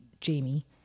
Jamie